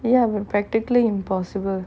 ya would practically impossible